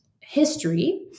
history